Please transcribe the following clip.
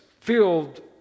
filled